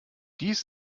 dies